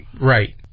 right